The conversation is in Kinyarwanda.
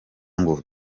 ngo